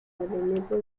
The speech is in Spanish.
elemento